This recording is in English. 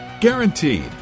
Guaranteed